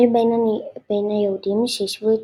היו בין היהודים שהשוו את